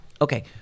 okay